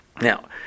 Now